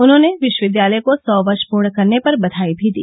उन्होंने विश्वविद्यालय को सौ वर्ष पूर्ण करने पर बधाई भी दी